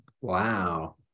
Wow